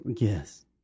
yes